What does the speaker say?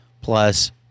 plus